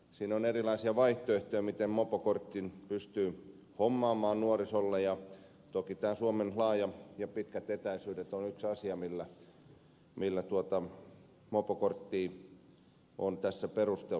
siinä on erilaisia vaihtoehtoja miten mopokortin pystyy hommaamaan nuorisolle ja toki suomen laajat ja pitkät etäisyydet ovat yksi asia millä mopokorttia on tässä perusteltu